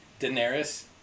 Daenerys